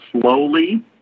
slowly